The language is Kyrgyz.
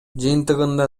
жыйынтыгында